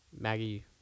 Maggie